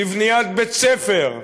לבניית בית-ספר,